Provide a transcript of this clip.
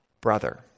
brother